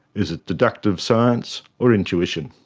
is it deductive science or intuition?